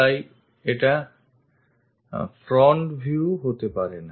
তাই এটাও front view হতে পারে না